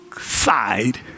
side